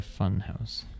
Funhouse